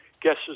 guesses